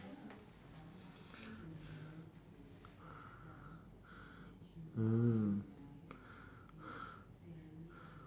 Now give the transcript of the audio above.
mm